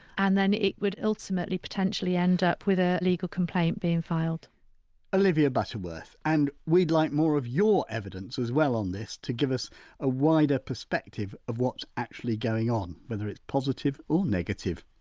and then it would ultimately potentially end up with a legal complaint being filed olivia butterworth. and we'd like more of your evidence as well on this to give us a wider perspective of what's actually going on, whether it's positive or negative